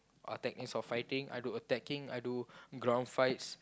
uh techniques of fighting I do attacking I do ground fights